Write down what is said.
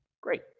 Great